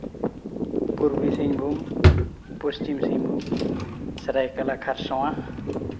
Purbi Singhbhum Paschim Singhbhum Seraikela Kharsawan